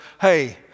hey